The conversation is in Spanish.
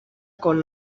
con